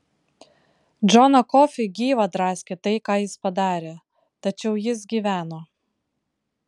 džoną kofį gyvą draskė tai ką jis padarė tačiau jis gyveno